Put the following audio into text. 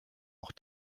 auch